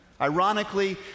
Ironically